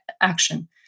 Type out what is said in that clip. action